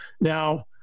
now